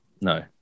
No